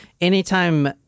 anytime